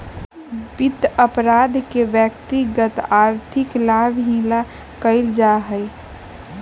वित्त अपराध के व्यक्तिगत आर्थिक लाभ ही ला कइल जा हई